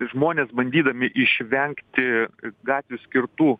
žmonės bandydami išvengti gatvių skirtų